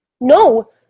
No